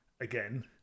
again